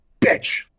Bitch